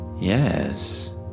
Yes